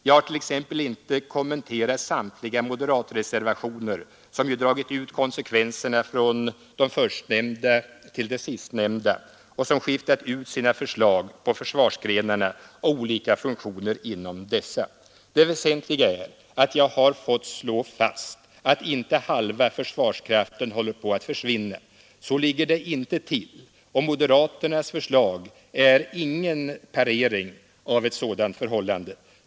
Jag har t.ex. inte kommenterat samtliga moderatreservationer, som ju dragit ut konsekvenserna från de förstnämnda till den sistnämnda och som skiftat ut sina förslag på försvarsgrenarna och på olika funktioner inom dessa. Det väsentliga är att jag har fått slå fast att inte halva försvarskraften håller på att försvinna. Så ligger det inte till, och moderaternas förslag är ingen parering av ett sådant förhållande.